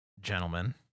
gentlemen